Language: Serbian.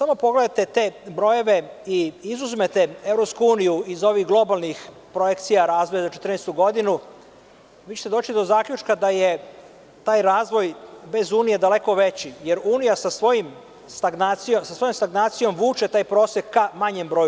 Ako samo pogledate te brojeve i izuzmete EU iz ovih globalnih projekcija razvoja za 2014. godinu, doći ćete do zaključka da je taj razvoj bez unije daleko veći, jer unija sa svojom stagnacijom vuče taj prosek ka manjem broju.